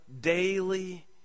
daily